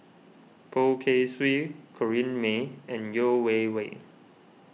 Poh Kay Swee Corrinne May and Yeo Wei Wei